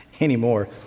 anymore